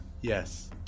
Yes